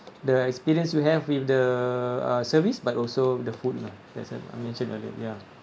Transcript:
the experience you have with the uh service but also the food lah as I mentioned earlier ya